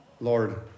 Lord